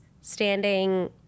standing